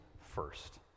first